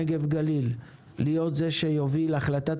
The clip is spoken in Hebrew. הנגב והגליל להיות זה שיוביל החלטת